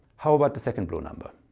how about the second blue number.